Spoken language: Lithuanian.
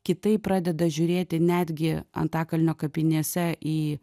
kitaip pradeda žiūrėti netgi antakalnio kapinėse į